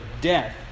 death